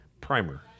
Primer